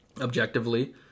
objectively